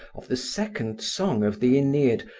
of the second song of the aeneid,